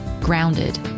grounded